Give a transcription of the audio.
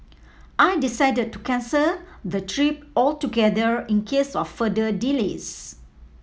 I decided to cancel the trip altogether in case of further delays